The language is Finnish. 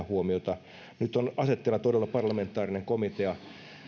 huomiota nyt on todella asetteilla parlamentaarinen komitea